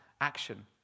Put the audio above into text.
action